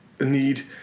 need